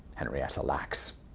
henrietta lacks.